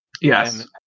Yes